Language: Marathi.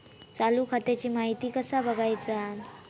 चालू खात्याची माहिती कसा बगायचा?